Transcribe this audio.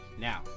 Now